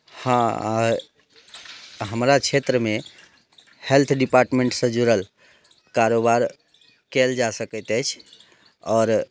हँ हमरा क्षेत्रमे हेल्थ डिपार्टमेंट से जुड़ल कारोबार कयल जा सकैत अछि आओर